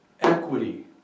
equity